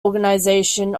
organization